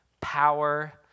Power